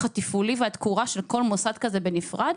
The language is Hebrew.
התפעולי והתקורה של כל מוסד כזה בנפרד?